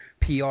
PR